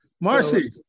Marcy